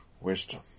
wisdom